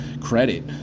credit